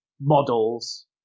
models